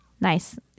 Nice